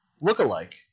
look-alike